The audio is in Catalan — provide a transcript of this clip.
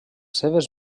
seves